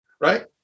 right